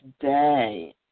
today